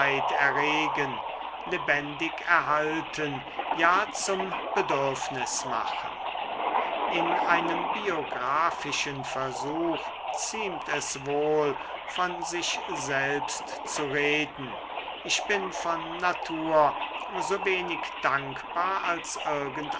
erregen lebendig erhalten ja zum bedürfnis machen in einem biographischen versuch ziemt es wohl von sich selbst zu reden ich bin von natur so wenig dankbar als